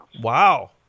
Wow